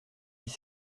dix